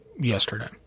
yesterday